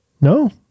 No